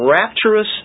rapturous